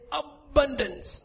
abundance